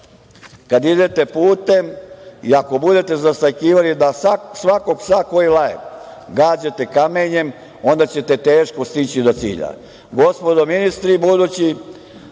kada idete putem i ako budete zastajkivali da svakog psa koji laje gađate kamenjem onda ćete teško stići do cilja.